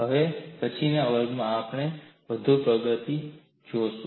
હવે પછીના વર્ગમાં આપણે વધુ પ્રગતિ જોશું